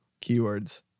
Keywords